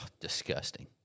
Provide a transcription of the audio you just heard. disgusting